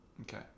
Okay